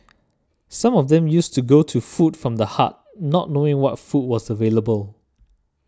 some of them used to go to Food from the Heart not knowing what food was available